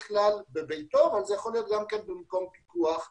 כלל בביתו אבל זה יכול להיות גם במקום פיקוח אחר.